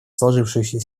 сложившуюся